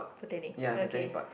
botanic okay